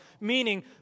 meaning